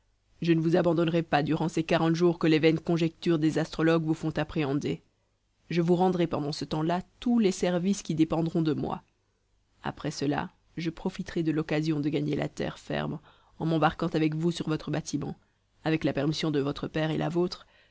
je ne vous abandonnerai pas durant ces quarante jours que les vaines conjectures des astrologues vous font appréhender je vous rendrai pendant ce temps-là tous les services qui dépendront de moi après cela je profiterai de l'occasion de gagner la terre ferme en m'embarquant avec vous sur votre bâtiment avec la permission de votre père et la vôtre